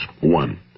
One